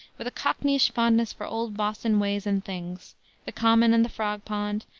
with a cockneyish fondness for old boston ways and things the common and the frog pond,